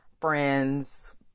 friends